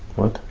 what?